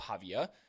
Pavia